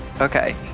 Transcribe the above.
okay